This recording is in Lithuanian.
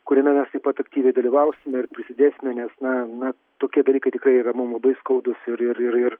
kuriame mes taip pat aktyviai dalyvausime ir prisidėsime nes na na tokie dalykai tikrai yra mum labai skaudūs ir ir ir ir